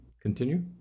Continue